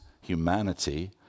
humanity